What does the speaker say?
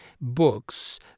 books